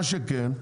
מה שכן,